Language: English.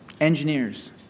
engineers